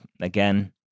Again